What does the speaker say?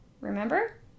remember